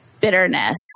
bitterness